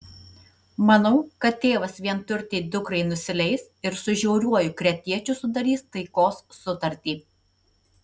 manau kad tėvas vienturtei dukrai nusileis ir su žiauriuoju kretiečiu sudarys taikos sutartį